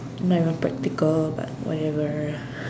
not even practical but whatever